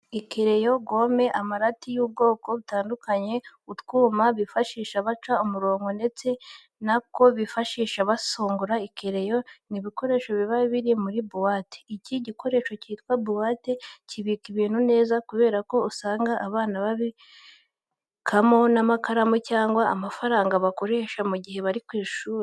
Ikereyo, gome, amarati y'ubwoko butandukanye, utwuma bifashisha baca umurongo ndetse n'ako bifashisha basongora ikereyo ni ibikoresho biba biri muri buwate. Iki gikoresho cyitwa buwate kibika ibintu neza kubera ko usanga abana babikamo n'amakaramu cyangwa amafaranga bakoresha mu gihe bari ku ishuri.